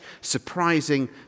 surprising